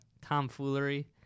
tomfoolery